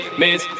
miss